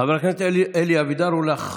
חבר הכנסת הרב אריה מכלוף דרעי, בבקשה, אדוני.